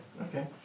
Okay